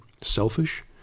selfish